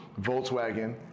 Volkswagen